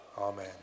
Amen